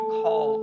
call